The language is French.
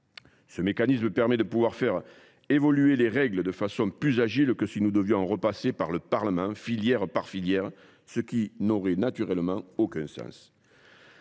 Ce mécanisme permet de faire évoluer les règles de façon plus agile que si nous devions repasser par le Parlement, filière par filière, ce qui n’aurait naturellement aucun sens.